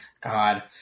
God